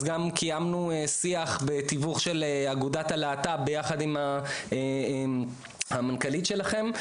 אז גם קיימנו שיח בתיווך של אגודת הלהט"ב ביחד עם המנכ"לית שלכם.